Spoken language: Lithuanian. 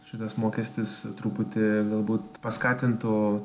šitas mokestis truputį galbūt paskatintų